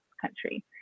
country